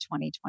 2020